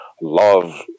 love